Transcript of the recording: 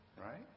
right